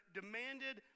demanded